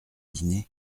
dîner